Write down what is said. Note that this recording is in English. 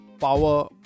power